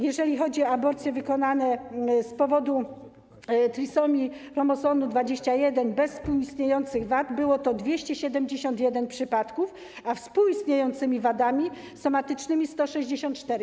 Jeżeli chodzi o aborcje wykonane z powodu trisomii chromosomu 21 bez współistniejących wad, było to 271 przypadków, a ze współistniejącymi wadami somatycznymi - 164.